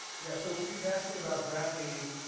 yeah so she's asking about gravity,